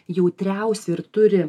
jautriausi ir turi